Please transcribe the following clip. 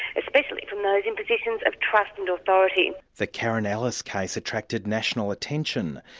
especially from those in positions of trust and authority. the karen ellis case attracted national attention.